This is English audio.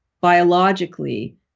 biologically